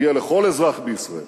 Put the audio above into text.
מגיע לכל אזרח בישראל,